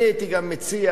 אני הייתי גם מציע,